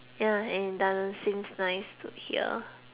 ya and it doesn't seems nice to hear